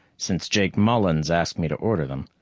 since jake mullens asked me to order them.